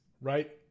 right